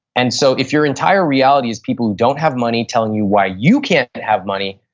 and so, if your entire reality is people who don't have money telling you why you can't have money,